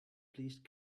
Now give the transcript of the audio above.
please